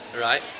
Right